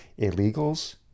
illegals